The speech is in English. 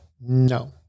no